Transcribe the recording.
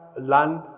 land